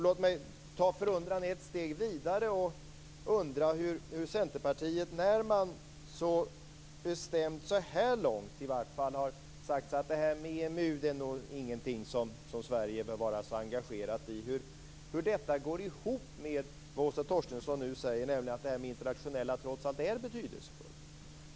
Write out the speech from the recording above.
Låt mig ta förundran ett steg vidare och fråga hur det faktum att Centerpartiet så bestämt så här långt, i varje fall, har sagt att Sverige inte bör vara engagerat i EMU går ihop med det Åsa Torstensson nu säger, nämligen att det internationella trots allt är betydelsefullt.